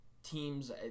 teams